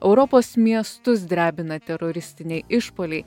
europos miestus drebina teroristiniai išpuoliai